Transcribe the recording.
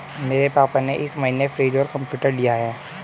मेरे पापा ने इस महीने फ्रीज और कंप्यूटर लिया है